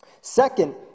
Second